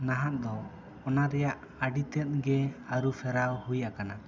ᱱᱟᱦᱟᱜ ᱫᱚ ᱚᱱᱟ ᱨᱮᱭᱟᱜ ᱟᱹᱰᱤ ᱛᱮᱫ ᱜᱮ ᱟᱹᱨᱩ ᱯᱷᱮᱨᱟᱣ ᱦᱩᱭ ᱟᱠᱟᱱᱟ